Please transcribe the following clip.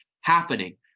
happening